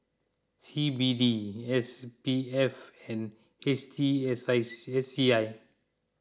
C B D S P F and H T S I S C I